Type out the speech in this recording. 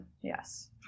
yes